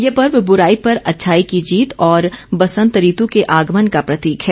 यह पर्व बुराई पर अच्छाई की जीत और बसंत ऋतु के आगमन का प्रतीक है